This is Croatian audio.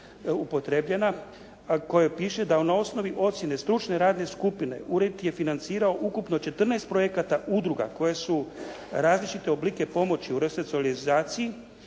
kojoj piše da na osnovi ocjene stručne radne skupine ured je financirao ukupno 14 projekata udruga koje su različite oblike pomoći u resocijalizaciji